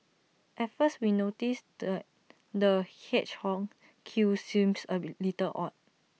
at first we noticed the hedgehog's quills seems A bit little odd